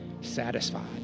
satisfied